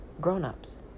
grown-ups